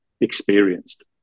experienced